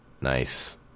nice